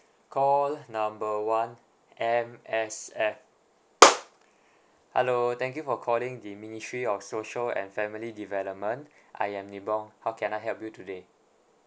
call number one M_S_F hello thank you for calling the ministry of social and family development I am nibong how can I help you today